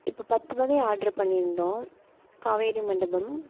இப்போ பத்து வகை ஆர்ட்ரு பண்ணியிருந்தோம் காவேரி மண்டபம்